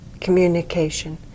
Communication